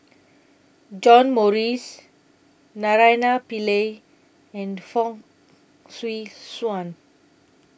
John Morrice Naraina Pillai and Fong Swee Suan